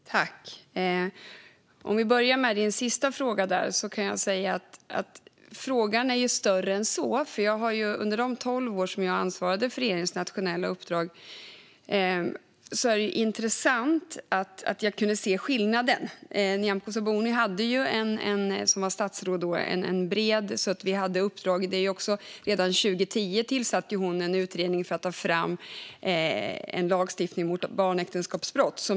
Fru talman! Om vi börjar med din sista fråga kan jag säga att frågan är större än så. Under de tolv år jag ansvarade för regeringens nationella uppdrag var det intressant att se skillnaden. Nyamko Sabuni, som var statsråd då, tillsatte redan 2010 en utredning för att ta fram en lagstiftning mot barnäktenskapsbrott.